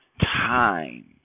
Time